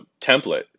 template